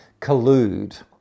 collude